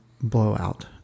blowout